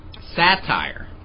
Satire